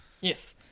yes